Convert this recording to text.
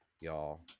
y'all